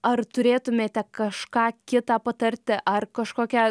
ar turėtumėte kažką kitą patarti ar kažkokią